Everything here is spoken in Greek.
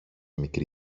μικρή